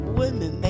women